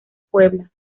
puebla